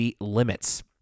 Limits